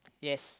yes